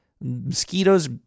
Mosquitoes